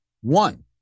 one